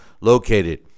located